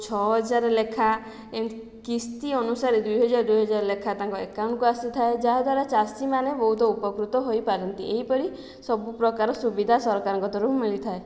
ଛଅ ହଜାର ଲେଖାଁ ଏମିତି କିସ୍ତି ଅନୁସାରେ ଦୁଇହଜାର ଦୁଇହଜାର ଲେଖାଁ ତାଙ୍କ ଆକାଉଣ୍ଟକୁ ଆସିଥାଏ ଯାହାଦ୍ୱାରା ଚାଷୀମାନେ ବହୁତ ଉପକୃତ ହୋଇପାରନ୍ତି ଏହିପରି ସବୁ ପ୍ରକାର ସୁବିଧା ସରକାରଙ୍କ ତରଫରୁ ମିଳିଥାଏ